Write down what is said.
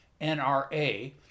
NRA